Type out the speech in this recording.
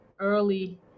early